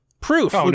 Proof